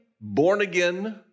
born-again